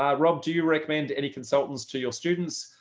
um rob, do you recommend any consultants to your students,